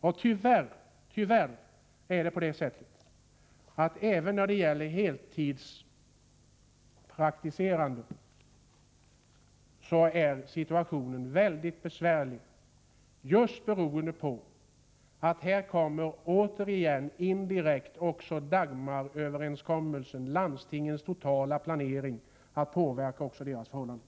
Och tyvärr är situationen mycket besvärlig även för heltidspraktiserande läkare, just beroende på att Dagmaröverenskommelsen indirekt, genom landstingens totala planering, kommer att påverka också deras förhållanden.